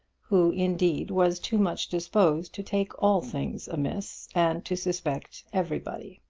who, indeed, was too much disposed to take all things amiss and to suspect everybody.